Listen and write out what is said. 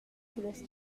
cullas